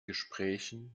gesprächen